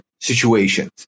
situations